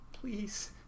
Please